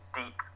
deep